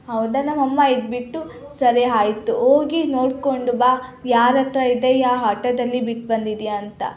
ಹೌದಾ ನಮ್ಮ ಅಮ್ಮ ಇದ್ದುಬಿಟ್ಟು ಸರಿ ಆಯ್ತು ಹೋಗಿ ನೋಡಿಕೊಂಡು ಬಾ ಯಾರ ಹತ್ರ ಇದೆ ಯಾವ ಹಾಟೋದಲ್ಲಿ ಬಿಟ್ಟು ಬಂದಿದ್ದೀಯ ಅಂತ